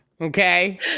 Okay